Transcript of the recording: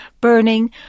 burning